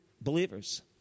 believers